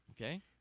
Okay